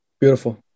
Beautiful